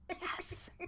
yes